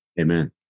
Amen